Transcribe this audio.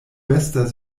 estas